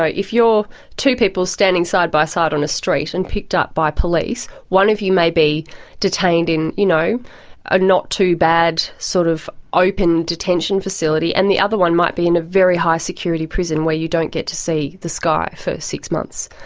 are two people standing side by side on a street and picked up by police, one of you may be detained in you know a not too bad sort of open detention facility and the other one might be in a very high security prison where you don't get to see the sky for six months.